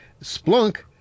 Splunk